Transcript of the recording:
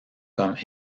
comme